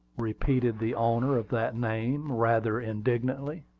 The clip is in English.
repeated the owner of that name, rather indignantly.